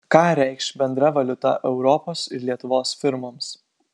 ką reikš bendra valiuta europos ir lietuvos firmoms